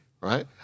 right